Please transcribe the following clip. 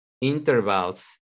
intervals